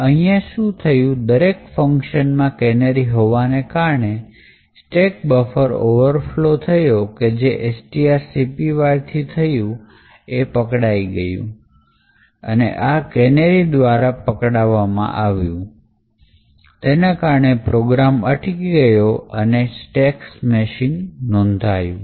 તો અહીંયા શું થયું કે દરેક ફંકશનમાં કેનેરી હોવાના કારણે સ્ટેક બફર ઓવરફ્લો કે જે strcpy થી થયું એ પકડાઈ ગયું અને તે આ કેનેરી દ્વારા પકડાયું અને તેના કારણે પ્રોગ્રામ અટકી ગયો અને સ્ટેક smashing નોંધાયું